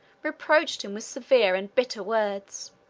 reproached him with severe and bitter words.